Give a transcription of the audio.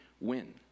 win